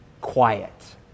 quiet